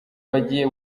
bagiye